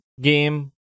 game